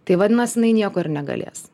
tai vadinasi jinai nieko ir negalės